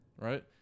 Right